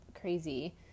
crazy